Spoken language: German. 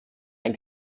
ein